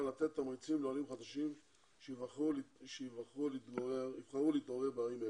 לתת תמריצים לעולים חדשים שיבחרו להתגורר בערים אלה.